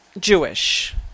Jewish